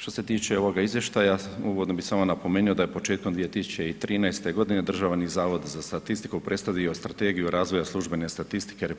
Što se tiče ovoga izvještaja, uvodno bi samo napomenuo da je početkom 2013. g. Državni zavod za statistiku predstavio Strategiju razvoja službene statistike RH